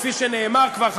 כפי שנאמר כבר,